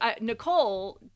Nicole